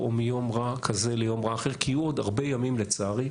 או מיום רע כזה ליום רע אחר כי יהיו עוד הרבה ימים לצערי,